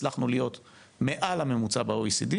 הצלחנו להיות מעל הממוצע במדד ה-OECD,